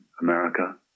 america